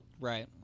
Right